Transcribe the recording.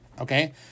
Okay